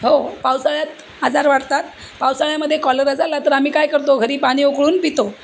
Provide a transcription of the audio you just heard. हो पावसाळ्यात आजार वाढतात पावसाळ्यामध्ये कॉलर झाला तर आम्ही काय करतो घरी पाणी उकळून पितो